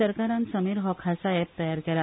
सरकारान समीर हो खासा एप तयार केला